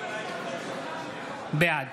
בעד